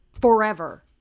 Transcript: forever